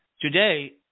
today